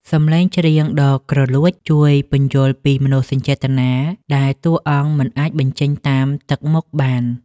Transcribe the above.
សំឡេងច្រៀងដ៏គ្រលួច ជួយពន្យល់ពីមនោសញ្ចេតនាដែលតួអង្គមិនអាចបញ្ចេញតាមទឹកមុខបាន។